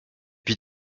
pis